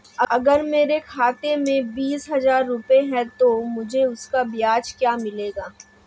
अगर मेरे खाते में बीस हज़ार रुपये हैं तो मुझे उसका ब्याज क्या मिलेगा?